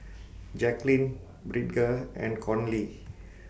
Jacqueline Bridger and Conley